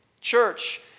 Church